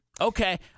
Okay